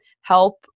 help